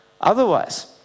otherwise